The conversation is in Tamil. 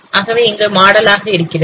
அதுவே இங்கே மாடலாக இருக்கிறது